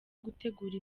gutegura